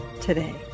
today